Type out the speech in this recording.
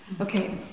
Okay